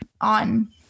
on